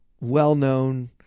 well-known